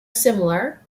similar